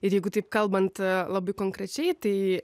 ir jeigu taip kalbant labai konkrečiai tai